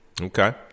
Okay